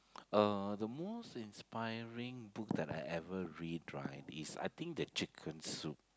uh the most inspiring book that I ever read right is I think the chicken soup